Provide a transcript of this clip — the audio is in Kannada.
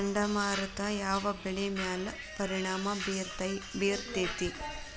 ಚಂಡಮಾರುತ ಯಾವ್ ಬೆಳಿ ಮ್ಯಾಲ್ ಪರಿಣಾಮ ಬಿರತೇತಿ?